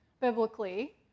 biblically